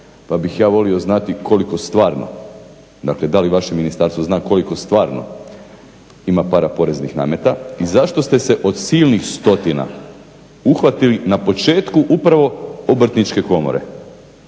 pa bih ja volio znati koliko stvarno, dakle da li vaše ministarstvo zna koliko stvarno ima paraporeznih nameta? I zašto ste se od silnih stotina uhvatili na početku upravo Obrtničke komore?